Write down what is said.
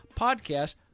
podcast